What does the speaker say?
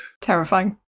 Terrifying